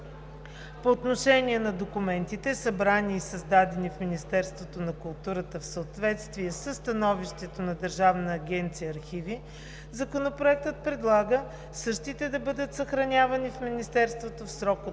По отношение на документите, събрани и създадени в Министерството на културата в съответствие със становището на Държавна агенция „Архиви“, Законопроектът предлага същите да бъдат съхранявани в Министерството в срок 5